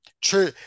True